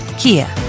Kia